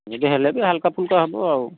ଯଦି ହେଲେ ବି ହାଲ୍କା ଫୁଲ୍କା ହେବ ଆଉ